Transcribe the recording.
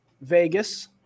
Vegas